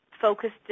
focused